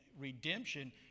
redemption